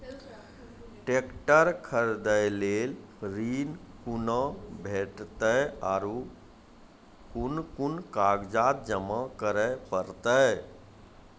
Tractor खरीदै लेल ऋण कुना भेंटते और कुन कुन कागजात जमा करै परतै?